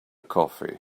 coffee